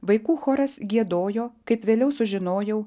vaikų choras giedojo kaip vėliau sužinojau